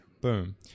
Boom